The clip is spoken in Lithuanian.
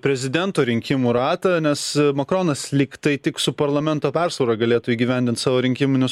prezidento rinkimų ratą nes makronas lygtai tik su parlamento persvara galėtų įgyvendint savo rinkiminius